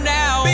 now